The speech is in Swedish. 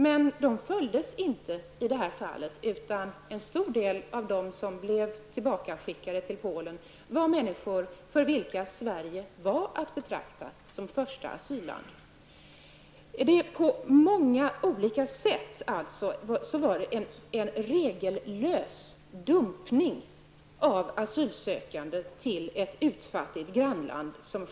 Dessa regler följdes dock inte i detta fall. Flera av dem som blev tillbakaskickade till Polen var människor för vilka Sverige var att betrakta som första asylland. På många olika sätt rörde det sig således i somras om en regellös dumpning av asylsökande till ett uttfattigt grannland.